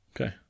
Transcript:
Okay